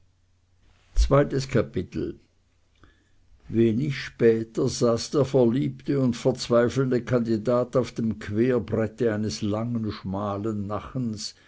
zweites kapitel wenig später saß der verliebte und verzweifelnde kandidat auf dem querbrette eines langen und schmalen nachens